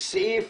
סעיף